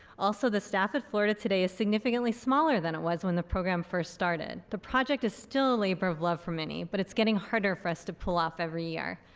also the staff at florida today is significantly smaller than it was when the program first started. the project is still a labor of love for many but it's getting harder for us to pull off every year.